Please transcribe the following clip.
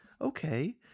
Okay